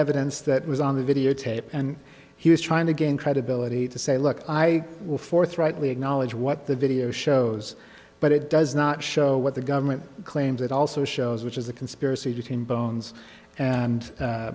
evidence that was on the videotape and he was trying to gain credibility to say look i will forthrightly acknowledge what the video shows but it does not show what the government claims it also shows which is a conspiracy between bones and